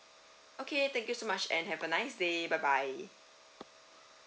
okay thank you so much and have a nice day bye bye